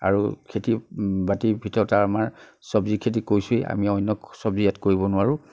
আৰু খেতি বাতিৰ ভিতৰত আৰু আমাৰ চব্জী খেতি কৰিছোৱেই আমি অন্য় চব্জী ইয়াত কৰিব নোৱাৰোঁ